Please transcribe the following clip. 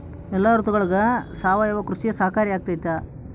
ಎಲ್ಲ ಋತುಗಳಗ ಸಾವಯವ ಕೃಷಿ ಸಹಕಾರಿಯಾಗಿರ್ತೈತಾ?